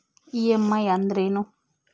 EMI ಅಂದ್ರೇನು?